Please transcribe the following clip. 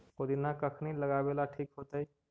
पुदिना कखिनी लगावेला ठिक होतइ?